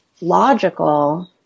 logical